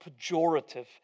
pejorative